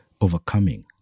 overcoming